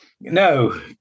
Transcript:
No